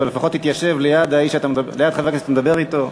או לפחות תתיישב ליד חבר הכנסת שאתה מדבר אתו.